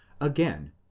again